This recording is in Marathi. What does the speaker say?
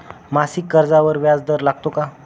मासिक कर्जावर व्याज दर लागतो का?